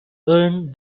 earn